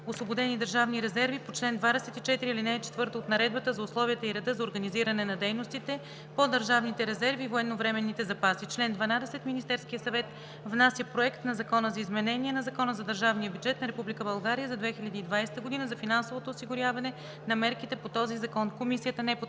освободени държавни резерви по чл. 24, ал. 4 от Наредбата за условията и реда за организиране на дейностите по държавните резерви и военновременните запаси. Чл. 12. Министерският съвет внася проект на Закона за изменение на Закона за държавния бюджет на Република България за 2020 г. за финансовото осигуряване на мерките по този закон.“ Комисията не подкрепя